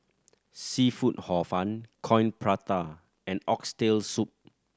seafood Hor Fun Coin Prata and Oxtail Soup